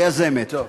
היזמת.